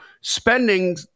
spending